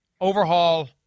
overhaul